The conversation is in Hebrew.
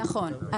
נכון,